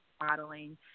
modeling